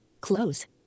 Close